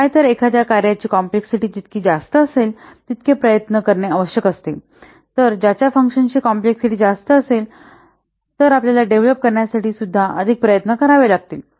काय तर एखाद्या कार्याची कॉम्प्लेक्सिटी जितकी जास्त असेल तितके जास्त प्रयत्न करणे आवश्यक असते जर त्यांच्या फंकशन ची कॉम्प्लेक्सिटी जास्त असेल तर आपल्याला ते डेव्हलप करण्यासाठी अधिक प्रयत्न करावे लागतील